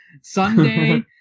Sunday